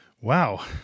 Wow